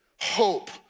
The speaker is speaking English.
hope